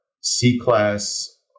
C-class